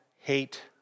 hate